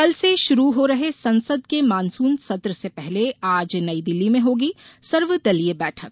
कल से शुरू हो रहे संसद के मानसून सत्र से पहले आज नईदिल्ली में होगी सर्वदलीय बैठक